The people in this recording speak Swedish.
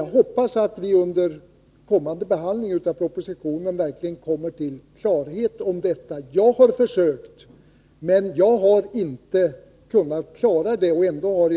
Jag hoppas att vi under kommande behandling av propositionen verkligen kommer till klarhet om detta. Jag har försökt, men jag har inte lyckats komma till klarhet.